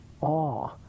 awe